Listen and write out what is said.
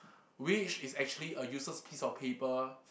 which is actually a useless piece of paper